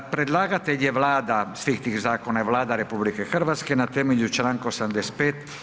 Predlagatelj je Vlada, svih tih zakona, je Vlada RH na temelju Članka 85.